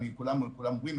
כולם אומרים,